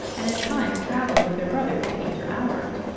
and at times traveled with their brother, the painter albert.